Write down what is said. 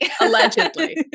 allegedly